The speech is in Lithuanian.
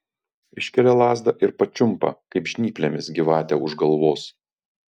iškelia lazdą ir pačiumpa kaip žnyplėmis gyvatę už galvos